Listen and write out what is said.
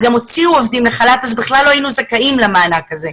הוציאו עובדים לחל"ת כך שבכלל לא היינו זכאים למענק הזה.